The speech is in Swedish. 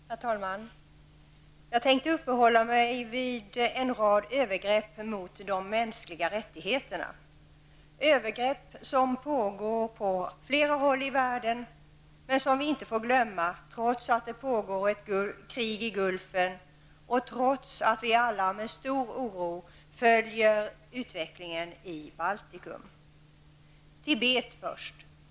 Herr talman! Jag tänkte uppehålla mig vid en rad övergrepp mot de mänskliga rättigheterna, övergrepp som pågår på flera håll i världen, men som vi inte får glömma, trots att det pågår ett krig i Gulfen och trots att vi alla med stor oro följer utvecklingen i Baltikum. Jag vill först ta upp Tibet.